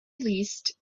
leased